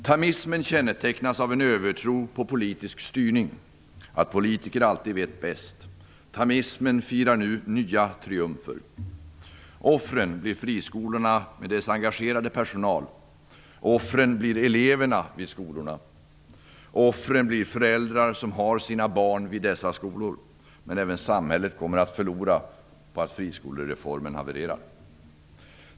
Thamismen kännetecknas av en övertro på politisk styrning, att politiker alltid vet bäst. Thamismen firar nu nya triumfer. Offren vid friskolorna blir deras engagerade personal. Offren blir eleverna vid skolorna. Offren blir föräldrar som har sina barn vid dessa skolor. Men även samhället kommer att förlora på att friskolereformen havererar.